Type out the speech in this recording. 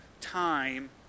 time